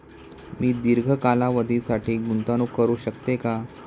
मी दीर्घ कालावधीसाठी गुंतवणूक करू शकते का?